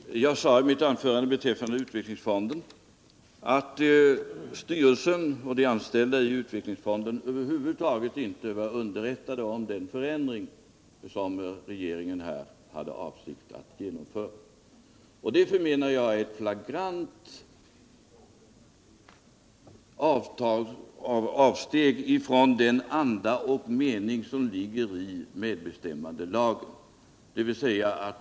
Herr talman! Jag sade i mitt anförande beträffande utvecklingsfonden att styrelsen och de anställda i den över huvud taget inte var underrättade om den förändring som regeringen har för avsikt att genomföra. Det menar jag är ett flagrant avsteg från den anda och mening som ligger i medbestämmandelagen.